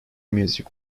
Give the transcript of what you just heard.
music